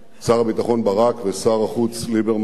לשר הביטחון ברק ולשר החוץ ליברמן,